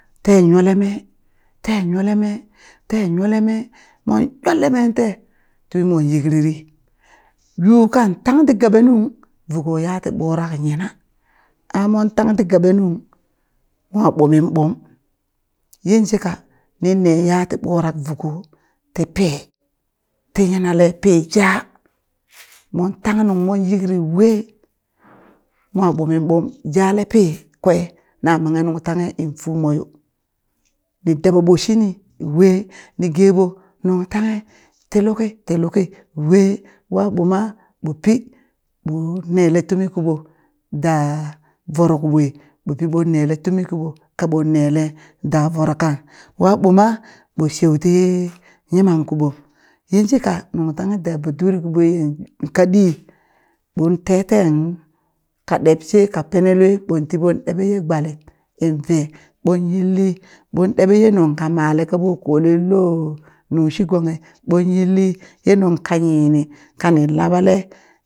Ten yole me ten yole me ten yole me mon yolle mente temo yikriri yuu kan tang ti gaɓe nung vuko yaa ti ɓurak yina a mon tang ti gabe nung mwa ɓumimɓum yin shika ninne yati ɓurak vuko ti pee ti yinale pee ja mon tang nung mon yikri wee mo ɓuminɓum jaale pee kwe na manghe nung tanghe in fumo yo ni dabaɓo shini we ni geɓo nung tanghe ti luki ti luki we wa ɓo ma ɓo pi ɓon nele tumi kiɓo da voro kiɓue ɓopi ɓon nele tumi kiɓo ka ɓon nele da voro kang wa ɓoma ɓo sheu tiye yimang kuɓo yinshika nung tanghe da baduri kiɓo kaɗi ɓon tee tan ka ɗeb she ka pene lue ɓon tiɓon ɗeɓe ye gbalit in vee ɓon yilli ɓon ɗeɓe ye nung ka male kaɓo kole loo nungshi gonghi ɓon yilli ye nunka yini kani laɓele